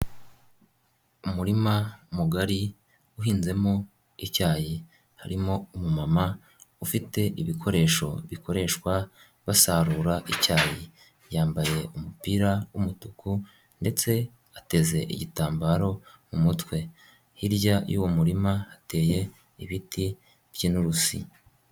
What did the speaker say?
Umurima mugari uhinzemo icyayi; harimo umumama ufite ibikoresho bikoreshwa basarura icyayi, yambaye umupira wumutuku ndetse ateze igitambaro mu mutwe hirya y'uwo muririma hateye ibiti b'Inturusi.